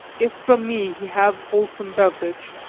if from me he have wholesome beverage,